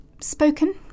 spoken